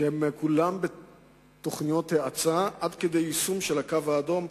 שהם כולם בתוכניות האצה עד כדי יישום של "הקו האדום",